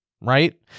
right